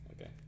okay